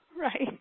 Right